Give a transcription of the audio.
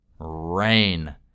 Rain